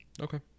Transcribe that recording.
Okay